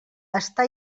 està